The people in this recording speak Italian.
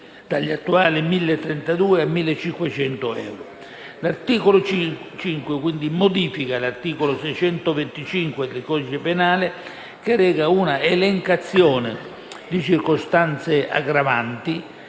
dagli attuali 1.032 a 1.500 euro). L'articolo 5 modifica l'articolo 625 del codice penale, che reca una elencazione di circostanze aggravanti